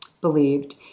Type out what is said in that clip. believed